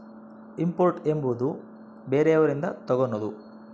import ಎಂಬುವುದು ಬೇರೆಯವರಿಂದ ತಗನದು